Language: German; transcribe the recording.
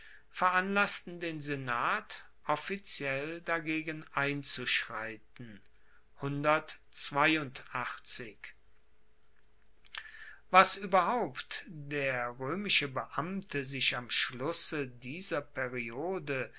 veranlassten den senat offiziell dagegen einzuschreiten was ueberhaupt der roemische beamte sich am schlusse dieser periode